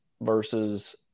versus